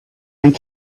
and